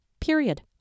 Period